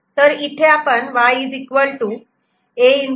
तर इथे आपण Y A